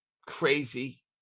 crazy